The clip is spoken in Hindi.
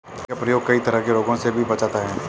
मेथी का प्रयोग कई तरह के रोगों से भी बचाता है